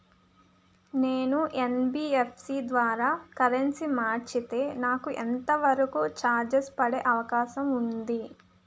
నేను యన్.బి.ఎఫ్.సి ద్వారా కరెన్సీ మార్చితే నాకు ఎంత వరకు చార్జెస్ పడే అవకాశం ఉంది?